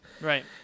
Right